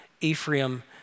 Ephraim